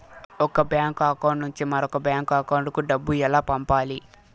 ఒక bank account నుంచి మరొక బ్యాంకు అకౌంట్ కు డబ్బు ఎలా పంపాలి